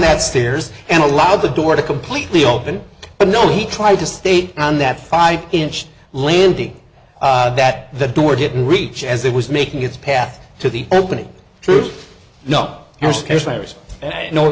that stairs and allowed the door to completely open but no he tried to state on that five inch landing that the door didn't reach as it was making its path to the opening true no